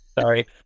Sorry